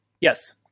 Yes